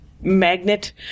magnet